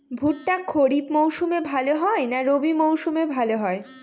ভুট্টা খরিফ মৌসুমে ভাল হয় না রবি মৌসুমে ভাল হয়?